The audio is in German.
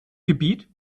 gebiet